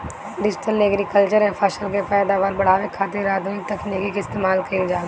digital agriculture में फसल के पैदावार बढ़ावे खातिर आधुनिक तकनीकी के इस्तेमाल कईल जाला